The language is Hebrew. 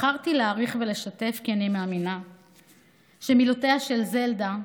בחרתי להאריך ולשתף כי אני מאמינה שמילותיה של זלדה,